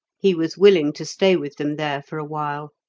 he was willing to stay with them there for awhile,